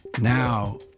now